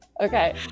Okay